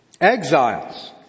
Exiles